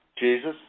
Jesus